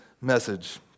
message